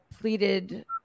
pleaded